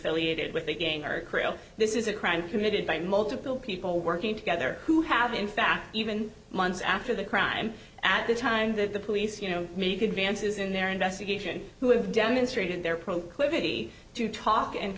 affiliated with the game this is a crime committed by multiple people working together who have in fact even months after the crime at the time that the police you know meet advances in their investigation who have demonstrated their proclivity to talk and